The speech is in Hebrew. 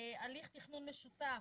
הליך תכנון משותף